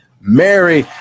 Mary